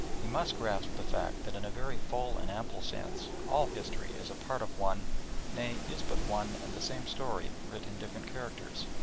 he must grasp the fact that in a very full and ample sense all history is a part of one nay, is but one and the same story writ in different characters.